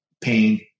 pain